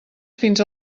fins